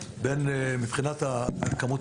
24 תקנים.